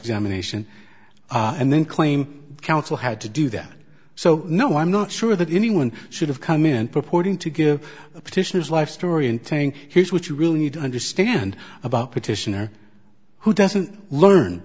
examination and then claim counsel had to do that so no i'm not sure that anyone should have come in purporting to give a petition is life story and telling here's what you really need to understand about petitioner who doesn't learn